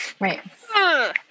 Right